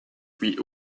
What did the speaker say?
puis